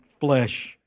flesh